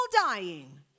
dying